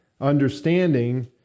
understanding